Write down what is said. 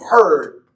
heard